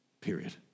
Period